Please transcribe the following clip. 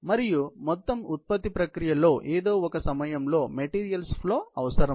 మరియు మొత్తం ఉత్పత్తి ప్రక్రియలో ఏదో ఒక సమయంలో మెటీరియల్స్ ఫ్లో అవసరం